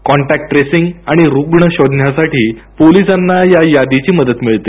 contact tracing आणि रुग्ण शोधण्यासाठी पोलिसांना या यादीची मदत मिळते